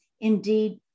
indeed